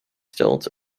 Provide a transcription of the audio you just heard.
stilts